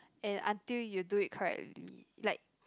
and until you do it correctly like